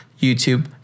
YouTube